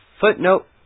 Footnote